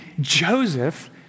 Joseph